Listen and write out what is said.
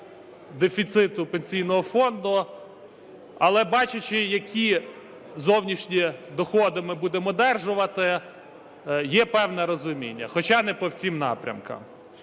дефіциту Пенсійного фонду, але бачачи, які зовнішні доходи ми будемо одержувати, є певне розуміння, хоча не по всім напрямкам.